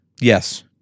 Yes